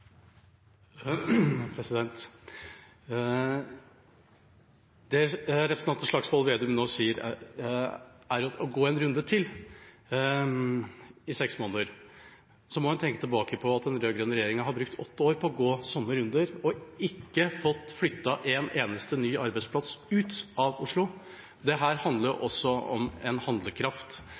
Det representanten Slagsvold Vedum nå sier, er at man skal gå en runde til i seks måneder. Da må en tenke tilbake på at den rød-grønne regjeringa har brukt åtte år på å gå sånne runder og ikke fått flyttet en eneste ny arbeidsplass ut av Oslo. Dette handler om handlekraft. Det